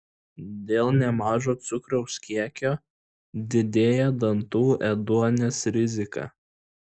dėl nemažo cukraus kiekio didėja dantų ėduonies rizika